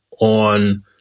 on